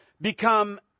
become